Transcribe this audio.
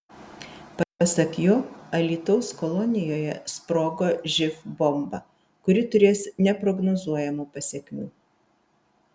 pasak jo alytaus kolonijoje sprogo živ bomba kuri turės neprognozuojamų pasekmių